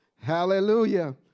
hallelujah